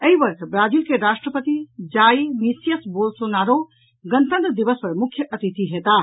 एहि वर्ष ब्राजील के राष्ट्रपति जाई मिसियस बोल्सोनारो गणतंत्र दिवस पर मुख्य अतिथि होयताह